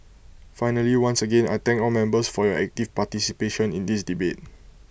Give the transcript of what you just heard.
finally once again I thank all members for your active participation in this debate